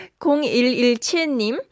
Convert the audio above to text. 0117님